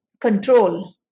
control